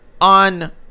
on